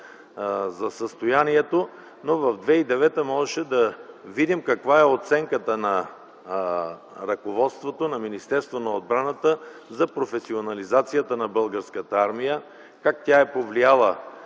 за състоянието, но през 2009 г. можеше да видим каква е оценката на ръководството на Министерството на отбраната за професионализацията на Българската армия, как тя е повлияла